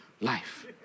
life